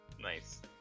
Nice